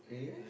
really meh